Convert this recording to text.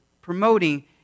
promoting